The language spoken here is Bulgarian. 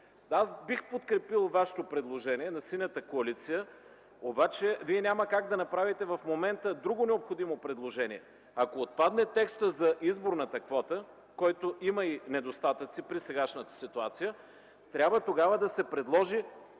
Аз бих подкрепил вашето предложение – на Синята коалиция, обаче вие няма как да направите в момента друго необходимо предложение. Ако отпадне текстът за изборната квота, който има и недостатъци при сегашната ситуация, трябва тогава да се предложи